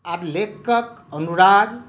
आब लेखकक अनुराग